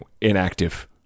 inactive